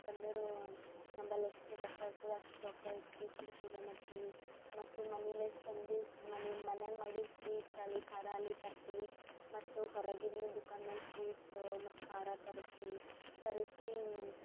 ಮತ್ತು ಅಂದುರೂ ನಂಬಲ್ಲಿ ಎಷ್ಟು ರೊಕ್ಕ ಇರ್ತದ ಅಷ್ಟು ರೊಕ್ಕ ಇಟ್ಟು ಕಿಸಿಂದ ಪೂಜ ಮಾಡ್ತೀವಿ ಮತ್ತು ಮನಿಲೇಸ್ ತಂದು ದಿವ್ಸ ಮನೆ ಮನ್ಯಾಗ ಮಾಡೀವಿ ಸ್ವೀಟ್ಸ್ ಆಲಿ ಕಾರಾಲಿ ತರ್ತೀವಿ ಮತ್ತು ಹೊರಗಿನ್ನು ದುಖಾನ್ ಅನ್ ಸ್ವೀಟ್ಸು ಮತ್ತು ಖಾರ ತರಿಸ್ತೀವಿ ತರಿಸಿ